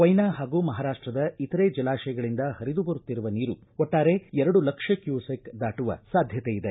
ಕೊಯ್ನಾ ಹಾಗೂ ಮಹಾರಾಷ್ಟದ ಇತರೆ ಜಲಾಶಯಗಳಿಂದ ಹರಿದು ಬರುತ್ತಿರುವ ನೀರು ಒಟ್ಟಾರೆ ಎರಡು ಲಕ್ಷ ಕ್ಯೂಸೆಕ್ ದಾಟುವ ಸಾಧ್ಯತೆಯಿದೆ